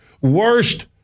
Worst